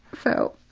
follow